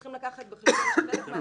צריכים לקחת בחשבון שחלק מהילדים,